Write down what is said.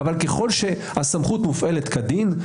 אבל ככל שהסמכות מופעלת כדין,